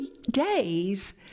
days